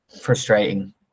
frustrating